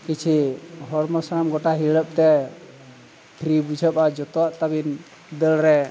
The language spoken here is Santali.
ᱠᱤᱪᱷᱤ ᱦᱚᱲᱢᱚ ᱥᱟᱱᱟᱢ ᱜᱚᱴᱟ ᱦᱤᱞᱟᱹᱜ ᱛᱮ ᱯᱷᱨᱤ ᱵᱩᱡᱷᱟᱹᱜᱼᱟ ᱡᱚᱛᱚᱣᱟᱜ ᱛᱟᱵᱤᱱ ᱫᱟᱹᱲ ᱨᱮ